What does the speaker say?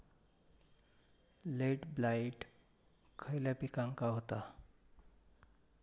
Late blight खयले पिकांका होता?